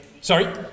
Sorry